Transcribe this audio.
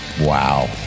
Wow